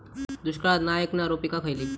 दुष्काळाक नाय ऐकणार्यो पीका खयली?